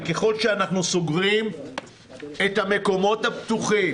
וככל שאנחנו סוגרים את המקומות הפתוחים